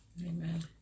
Amen